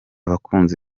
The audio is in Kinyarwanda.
bakunzi